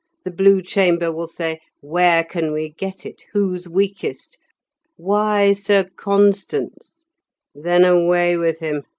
the blue chamber will say, where can we get it? who's weakest why, sir constans then away with him